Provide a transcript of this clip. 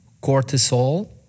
cortisol